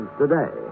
today